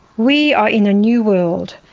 we are in a new world,